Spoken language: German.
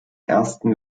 ersten